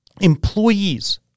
employees